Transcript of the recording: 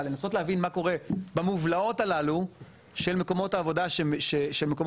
לנסות להבין מה קורה במובלעות הללו של מקומות העבודה המעורבים.